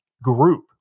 group